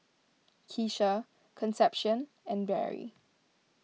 Keesha Concepcion and Barry